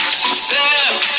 success